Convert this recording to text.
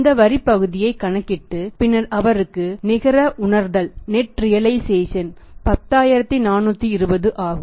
இந்த வரி பகுதியை கணக்கிட்டு பின்னர் அவருக்கு நிகர உணர்தல் 10420 ஆகும்